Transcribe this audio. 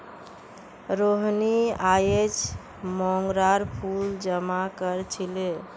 रोहिनी अयेज मोंगरार फूल जमा कर छीले